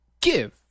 give